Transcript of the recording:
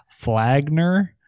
Flagner